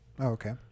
okay